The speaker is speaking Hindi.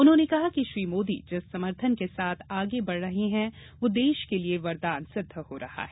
उन्होंने कहा कि श्री मोदी जिस समर्थन के साथ आगे बढ़ रहे हैं वह देश के लिए वरदान सिद्ध हो रहा है